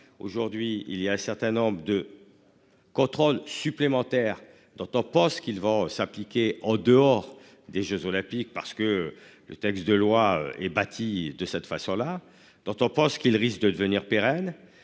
Aujourd'hui il y a un certain nombre de. Contrôles supplémentaires dans ton Post qu'ils vont s'appliquer en dehors des Jeux olympiques parce que le texte de loi et bâti de cette façon-là dans ton pas ce qu'il risque de devenir pérenne